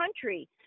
country